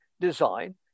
design